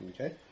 Okay